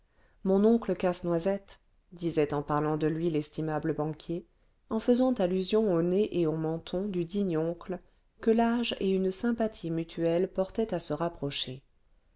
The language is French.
mon oncle casse-noisette disait en parlant de lui l'estimable banquier en faisant allusion au nez et au menton du digne oncle que l'âge et une sympathie mutuelle portaient à se rapprocher